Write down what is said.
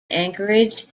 anchorage